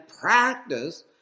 practice